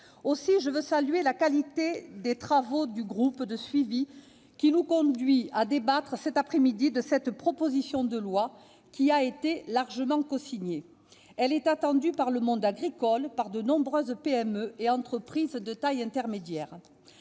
Aussi, je veux saluer la qualité des travaux du groupe de suivi, qui nous conduit à débattre cet après-midi de cette proposition de loi, largement cosignée. Elle est attendue par le monde agricole, dont de nombreuses PME et entreprises de taille intermédiaire.